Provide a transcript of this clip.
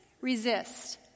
Resist